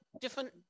different